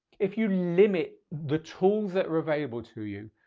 if you limit the tools that are available to you,